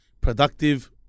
productive